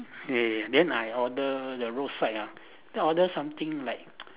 eh then I order the road side ah then I order something like